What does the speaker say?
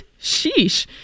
Sheesh